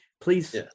please